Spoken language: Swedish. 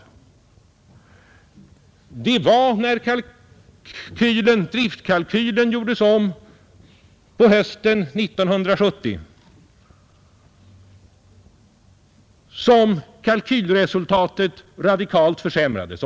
Det var när driftkalkylen gjordes om på hösten 1970 som kalkylresultatet radikalt försämrades.